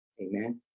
Amen